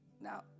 Now